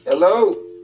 Hello